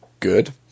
good